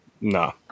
no